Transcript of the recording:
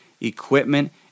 equipment